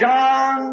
John